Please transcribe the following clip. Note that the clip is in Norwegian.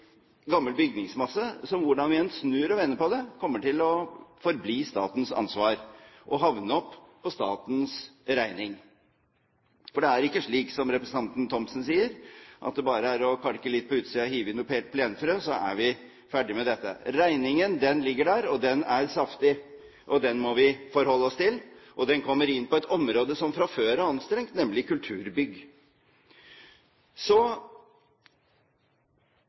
å forbli statens ansvar og havne på statens regning. For det er ikke slik som representanten Thomsen sier, at det bare er å kalke litt på utsiden og hive på noen plenfrø, så er vi ferdig med dette. Regningen ligger der, og den er saftig. Den må vi forholde oss til, og den kommer inn på et område som fra før er anstrengt, nemlig kulturbygg. Så